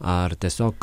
ar tiesiog